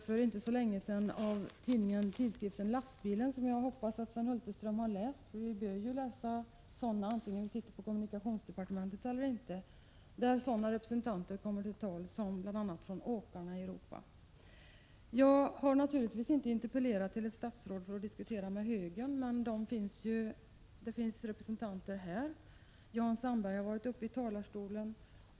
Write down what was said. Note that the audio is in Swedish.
För inte så länge sedan hade man en artikel i tidskriften Lastbilen, som jag hoppas att Sven Hulterström läser - vi bör ju göra det oavsett om vi sitter i kommunikationsdepartementet eller inte —, där sådana representanter som jag nämnde, bl.a. representanter för åkarna i Europa, kom till tals. Jag har naturligtvis inte interpellerat ett statsråd för att diskutera med högern, men det finns representanter från det hållet här — Jan Sandberg har ju varit uppe i talarstolen.